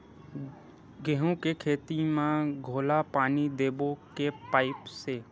गेहूं के खेती म घोला पानी देबो के पाइप से?